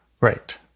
Right